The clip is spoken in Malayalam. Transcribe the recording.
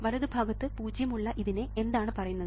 വലതുഭാഗത്ത് പൂജ്യം ഉള്ള ഇതിനെ എന്താണ് പറയുന്നത്